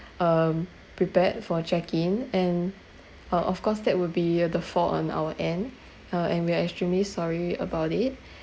um prepared for check in and uh of course that would be the fault on our end uh and we are extremely sorry about it